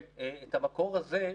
את המקור הזה,